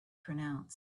pronounce